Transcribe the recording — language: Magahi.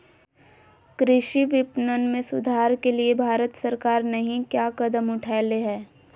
कृषि विपणन में सुधार के लिए भारत सरकार नहीं क्या कदम उठैले हैय?